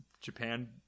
Japan